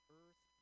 earth